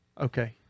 okay